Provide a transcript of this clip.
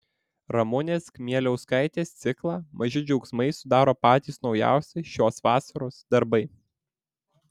ramunės kmieliauskaitės ciklą maži džiaugsmai sudaro patys naujausi šios vasaros darbai